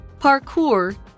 Parkour